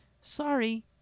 Sorry